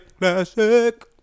classic